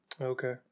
Okay